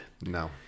No